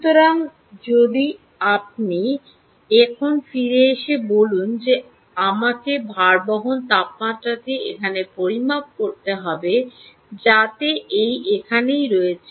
সুতরাং যদি আপনি এখন ফিরে এসে বলেন যে আমাকে ভারবহন তাপমাত্রাটি এখানে পরিমাপ করতে হবে যা এই এখানেই রয়েছে